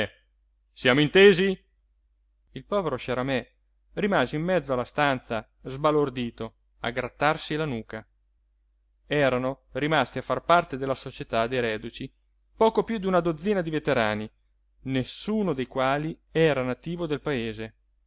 siamo intesi il povero sciaramè rimase in mezzo alla stanza sbalordito a grattarsi la nuca erano rimasti a far parte della società dei reduci poco piú d'una dozzina di veterani nessuno dei quali era nativo del paese